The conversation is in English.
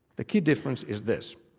the key difference is this.